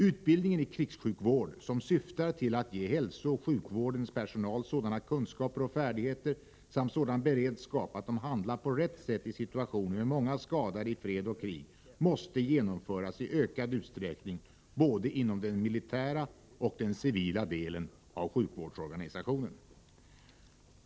Utbildningen i krigssjukvård, som syftar till att ge hälsooch sjukvårdens personal sådana kunskaper och färdigheter samt sådan beredskap att de handlar på rätt sätt i situationer med många skadade i fred och krig, måste genomföras i ökad utsträckning både inom den militära och inom den civila delen av sjukvårdsorganisationen.